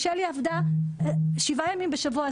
שלי עבדה שבעה ימים בשבוע,